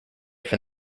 from